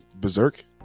Berserk